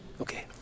Okay